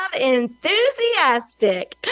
enthusiastic